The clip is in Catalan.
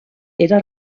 era